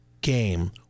game